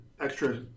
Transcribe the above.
extra